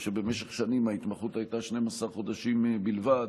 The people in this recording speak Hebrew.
ושבמשך שנים ההתמחות הייתה 12 חודשים בלבד,